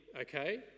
okay